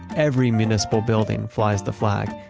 every municipal building flies the flag.